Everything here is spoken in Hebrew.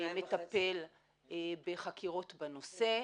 שמטפל בחקירות בנושא.